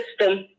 system